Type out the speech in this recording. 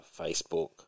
Facebook